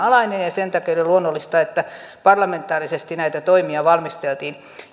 sen takia oli luonnollista että parlamentaarisesti näitä toimia valmisteltiin